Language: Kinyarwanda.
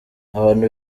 abantu